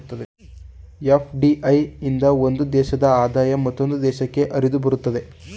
FDI ಇಂದ ಒಂದು ದೇಶದ ಆದಾಯ ಮತ್ತೊಂದು ದೇಶಕ್ಕೆ ಹರಿದುಬರುತ್ತದೆ